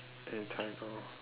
anytime now